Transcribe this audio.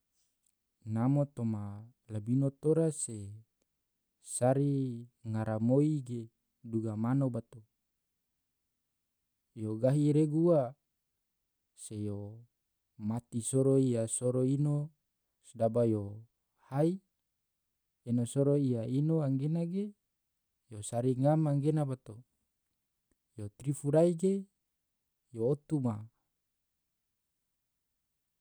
namo toma labino tora se sari ngaramoi ge duga mano bato, yo gahi regu ua se yo mati soro iya soro ino sedaba yo hai, ena soro iya ino angena ge yo sari ngam angena bato, yo trifu rai ge yo otu ma.